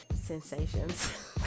sensations